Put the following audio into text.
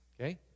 Okay